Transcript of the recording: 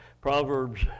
Proverbs